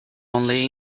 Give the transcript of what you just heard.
only